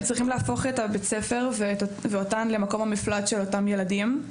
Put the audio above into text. הם צריכים להפוך את בית הספר ואותם למקום המפלט של אותם ילדים,